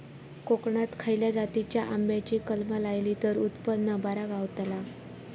कोकणात खसल्या जातीच्या आंब्याची कलमा लायली तर उत्पन बरा गावताला?